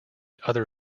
other